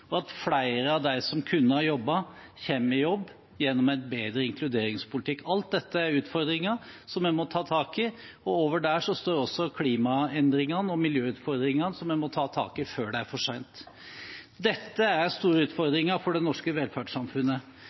og at flere av dem som kunne ha jobbet, kommer seg i jobb gjennom en bedre inkluderingspolitikk. Alt dette er utfordringer som vi må ta tak i. Over dette står også klimaendringene og miljøutfordringene, som vi må ta tak i før det er for sent. Dette er store utfordringer for det norske velferdssamfunnet,